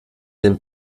den